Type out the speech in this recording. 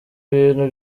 ibintu